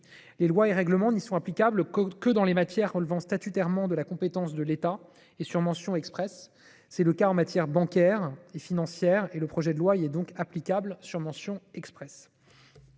les lois et règlements ne sont applicables que dans les matières relevant statutairement de la compétence de l’État et sur mention expresse. C’est le cas en matière bancaire et financière, et le projet de loi y est donc applicable. Ce texte